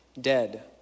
dead